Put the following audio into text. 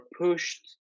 pushed